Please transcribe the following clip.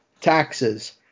Taxes